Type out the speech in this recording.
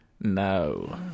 No